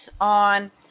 on